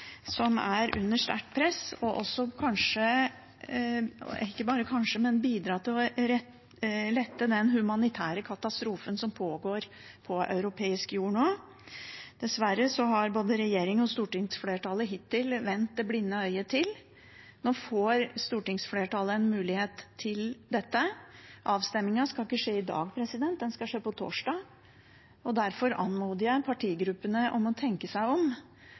som er under sterkt press, og for å lette den humanitære katastrofen som pågår på europeisk jord nå. Dessverre har både regjeringen og stortingsflertallet hittil vendt det blinde øyet til. Nå får stortingsflertallet en mulighet til dette. Avstemningen skal ikke skje i dag. Den skal skje på torsdag. Derfor anmoder jeg partigruppene om å tenke seg om